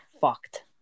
fucked